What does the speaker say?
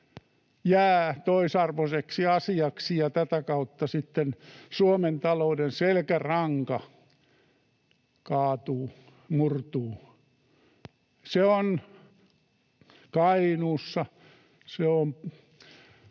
jäävät toisarvoiseksi asiaksi, ja tätä kautta sitten Suomen talouden selkäranka kaatuu, murtuu. Se on Kainuussa,